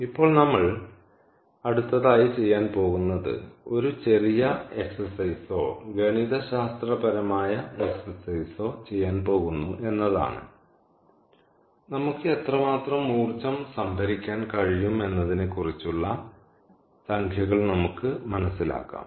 ഇപ്പോൾ നമ്മൾ അടുത്തതായി ചെയ്യാൻ പോകുന്നത് ഒരു ചെറിയ എക്സസൈസോ ഗണിതശാസ്ത്രപരമായ എക്സസൈസോ ചെയ്യാൻ പോകുന്നു എന്നതാണ് നമുക്ക് എത്രമാത്രം ഊർജ്ജം സംഭരിക്കാൻ കഴിയും എന്നതിനെക്കുറിച്ചുള്ള സംഖ്യകൾ നമുക്ക് മനസ്സിലാക്കാം